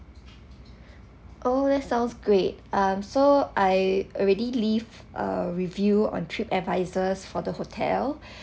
oh that sounds great um so I already leave a review on trip advisors for the hotel